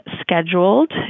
scheduled